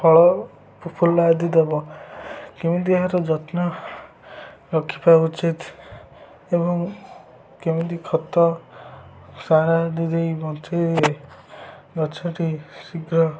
ଫଳ ଫୁଲ ଆଦି ଦେବ କେମିତି ଏହାର ଯତ୍ନ ରଖିବା ଉଚିତ ଏବଂ କେମିତି ଖତ ସାର ଆଦି ଦେଇ ବଞ୍ଚାଇଲେ ଗଛଟି ଶୀଘ୍ର